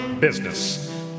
business